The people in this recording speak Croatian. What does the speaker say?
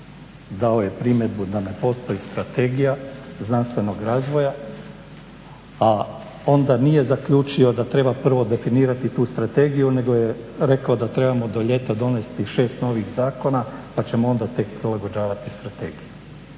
dao je primjedbu da ne postoji strategija znanstvenog razvoja, a onda nije zaključio da treba prvo definirati tu strategiju nego je rekao da trebamo do ljeta donesti novih zakona pa ćemo onda tek prilagođavati strategiju,